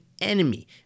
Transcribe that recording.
enemy